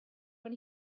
when